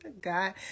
God